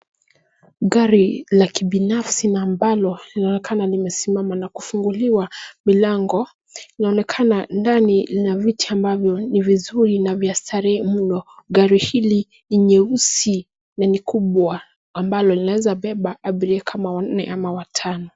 Gari la kibinafsi na ambalo linaonekana limesimama na kufunguliwa milango. Linaonekana ndani lina viti ambavyo ni vizuri na vya starehe mno. Gari hili ni nyeusi na ni kubwa ambalo linaweza beba abiria kama wanne ama watano.